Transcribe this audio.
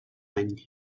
any